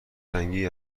رنگی